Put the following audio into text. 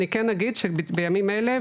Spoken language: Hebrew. אני כן אגיד שבימים אלה,